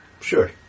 Sure